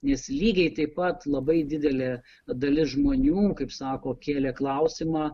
nes lygiai taip pat labai didelė dalis žmonių kaip sako kėlė klausimą